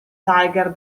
tiger